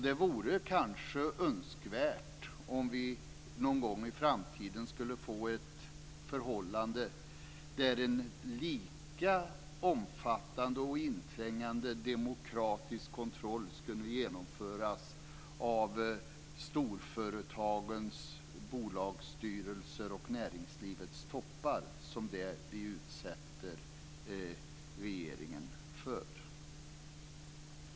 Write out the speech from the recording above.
Det vore kanske önskvärt om vi någon gång i framtiden fick ett förhållande där en lika omfattande och inträngande demokratisk kontroll kunde genomföras av storföretagens bolagsstyrelser och näringslivets toppar som den vi utsätter regeringen för.